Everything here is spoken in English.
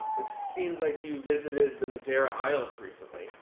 it seems like you visited the madeira islands recently,